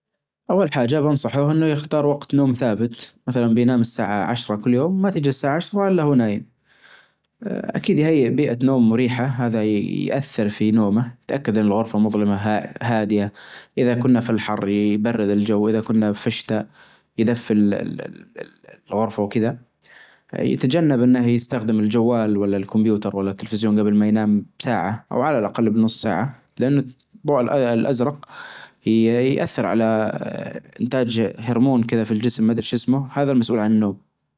أول حاجة بنصحه أنه يختار وقت نوم ثابت مثلا بينام الساعة عشرة كل يوم ما تجي الساعة عشرة إلا هو نايم، أكيد يهيأ بيئة نوم مريحة هذا يأثر في نومه يتأكد أن الغرفة مظلمة ها-هادية إذا كنا في الحر يبرد الجو إذا كنا في الشتاء يدفي الغرفة وكدا، يتجنب أنه يستخدم الجوال ولا الكمبيوتر ولا التلفزيون جبل ما ينام بساعة أو على الاقل بنص ساعة لأن الضوء الأزرق يأثر على إنتاج هرمون كذا في الجسم ما ادري شسمه هذا المسؤول عن النوم.